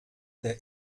der